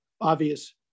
obvious